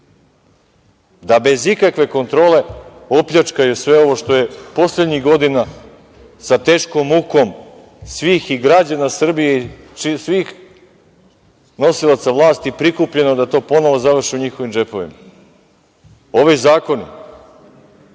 Da bez ikakve kontrole opljačkaju sve ovo što je poslednjih godina sa teškom mukom svih, i građana Srbije, svih nosilaca vlasti, prikupljeno, da to ponovo završi u njihovim džepovima. Ovi zakoni